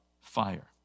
fire